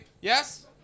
Yes